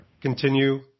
continue